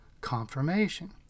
confirmation